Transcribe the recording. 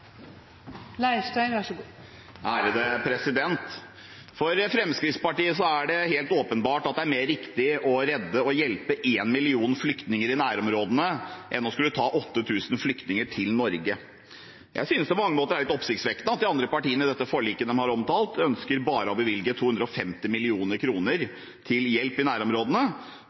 mer riktig å redde og hjelpe 1 million flyktninger i nærområdene enn å ta 8 000 flyktninger til Norge. Jeg synes det på mange måter er oppsiktsvekkende at de andre partiene i det forliket de har omtalt, ønsker å bevilge bare 250 mill. kr til hjelp i nærområdene. Derfor er jeg glad for at Fremskrittspartiet har funnet rom til å bevilge